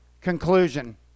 Conclusion